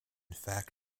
fact